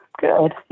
good